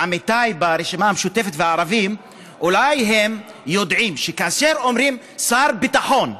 עמיתיי ברשימה המשותפת והערבים אולי יודעים שכאשר אומרים שר ביטחון,